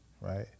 right